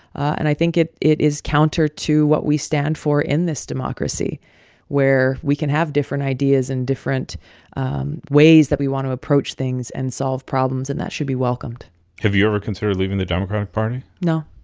and i think it it is counter to what we stand for in this democracy where we can have different ideas and different um ways that we want to approach things and solve problems. and that should be welcomed have you ever considered leaving the democratic party? no,